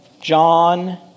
John